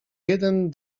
jeden